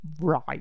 right